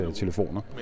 telefoner